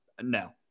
No